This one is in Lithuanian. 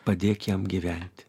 padėk jam gyvent